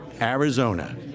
Arizona